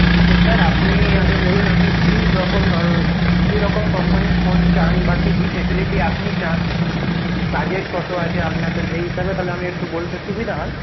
তো স্যার আপনি আগে বলুন আপনি কি রকম কি রকম কোম্পানির ফোন চান বা কি কি ফ্যাসিলিটি আপনি চান বাজেট কত আছে আপনার তো সেই হিসাবে তাহলে আমি একটু বলতে সুবিধা হয়